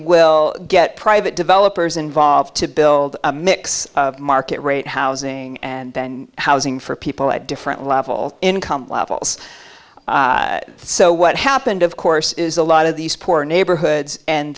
will get private developers involved to build a mix of market rate housing and housing for people at different levels income levels so what happened of course is a lot of these poor neighborhoods and